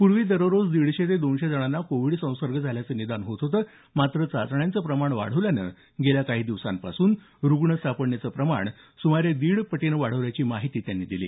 पूर्वी दररोज दीडशे ते दोनशे जणांना कोविड संसर्ग झाल्याचं निदान होत होतं मात्र चाचण्यांचं प्रमाण वाढवल्यानं गेल्या काही दिवसांपासून रुग्ण सापडण्याचं प्रमाण सुमारे दीडपटीने वाढल्याची माहितीही त्यांनी दिली